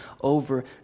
over